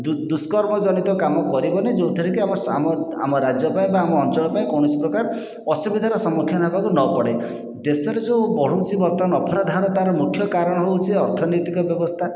ଦୁ ଦୁଷ୍କର୍ମଜନିତ କାମ କରିବନି ଯେଉଁଥିରେ କି ଆମ ଆମ ରାଜ୍ୟ ପାଇଁ ବା ଆମ ଅଞ୍ଚଳ ପାଇଁ କୌଣସି ପ୍ରକାର ଅସୁବିଧାର ସମ୍ମୁଖୀନ ହେବାକୁ ନପଡେ ଦେଶରେ ଯେଉଁ ବଢ଼ୁଛି ବର୍ତ୍ତମାନ ଅପରାଧ ହାର କାରଣ ହେଉଛି ଅର୍ଥନୀତିକ ବ୍ୟବସ୍ଥା